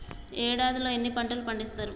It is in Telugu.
ఏడాదిలో ఎన్ని పంటలు పండిత్తరు?